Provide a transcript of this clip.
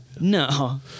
No